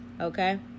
Okay